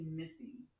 missing